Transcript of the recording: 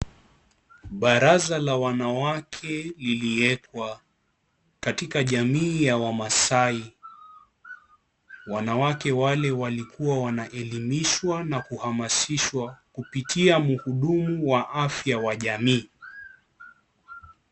Baraza la wanawake liliekwa katika jamii ya wamaasai, wanawake walikua wanaelimishwa na kuhamasishwa kupitia mhudumu wa afya wa jamii.